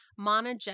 monogenic